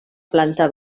planta